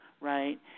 right